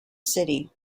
city